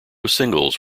singles